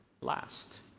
last